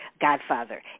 Godfather